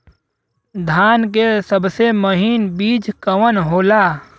धान के सबसे महीन बिज कवन होला?